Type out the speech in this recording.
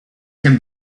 can